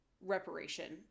reparation